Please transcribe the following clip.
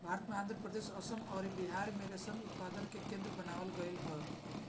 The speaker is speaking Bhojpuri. भारत में आंध्रप्रदेश, आसाम अउरी बिहार में रेशम उत्पादन के केंद्र बनावल गईल ह